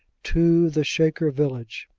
to the shaker village